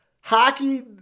Hockey